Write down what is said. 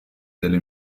delle